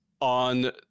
on